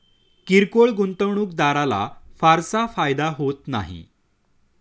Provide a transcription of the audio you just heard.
किरकोळ गुंतवणूकदाराला फारसा फायदा होत नाही